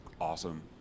awesome